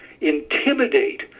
intimidate